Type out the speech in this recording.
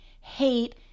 hate